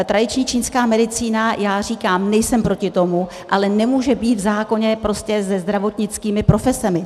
Tradiční čínská medicína, já říkám, nejsem proti tomu, ale nemůže být v zákoně prostě se zdravotnickými profesemi.